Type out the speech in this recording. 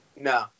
No